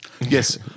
Yes